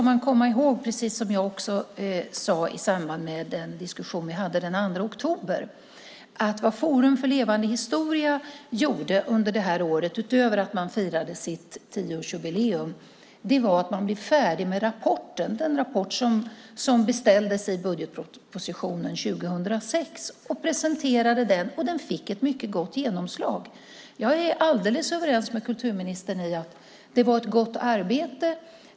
Man ska då, precis som jag sade i samband med den diskussion vi hade den 2 oktober, komma ihåg att vad Forum för levande historia gjorde under det här året utöver att fira sitt tioårsjubileum var att färdigställa och presentera den rapport som beställdes i budgetpropositionen 2006. Den fick ett mycket gott genomslag. Jag är alldeles överens med kulturministern om att det var ett gott arbete.